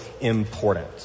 important